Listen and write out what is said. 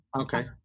Okay